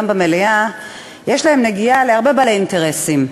במליאה יש נגיעה להרבה בעלי אינטרסים.